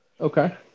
Okay